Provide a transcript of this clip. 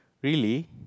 really